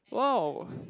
wow